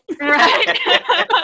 Right